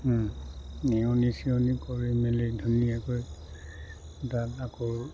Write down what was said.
নিয়নি চিয়নি কৰি মেলি এই ধুনীয়াকৈ তাত আকৌ